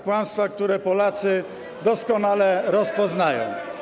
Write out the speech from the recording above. Kłamstwa, które Polacy doskonale rozpoznają.